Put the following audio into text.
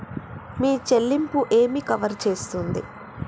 మీ చెల్లింపు ఏమి కవర్ చేస్తుంది?